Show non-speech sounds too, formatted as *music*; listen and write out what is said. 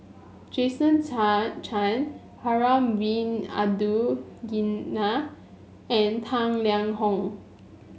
Jason *unintelligible* Chan Harun Bin Abdul Ghani and Tang Liang Hong